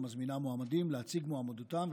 המזמינה מועמדים להציג מועמדותם,